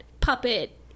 puppet